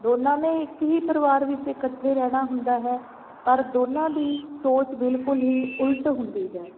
ਦੋਨਾਂ ਨੇ ਇੱਕ ਹੀ ਪਰਿਵਾਰ ਵਿੱਚ ਇਕੱਠੇ ਰਹਿਣਾ ਹੁੰਦਾ ਹੈ ਪਰ ਦੋਨਾਂ ਦੀ ਸੋਚ ਬਿਲਕੁਲ ਹੀ ਉਲਟ ਹੁੰਦੀ ਹੈ